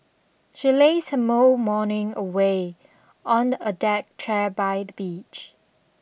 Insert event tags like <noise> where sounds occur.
she lazed her <unintelligible> morning away on a deck chair by the beach